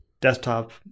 desktop